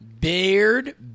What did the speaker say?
beard